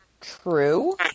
true